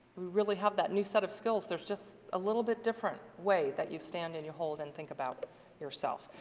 really have that new set of skills there's just a little bit different way that you stand and you hold and you think about yourself.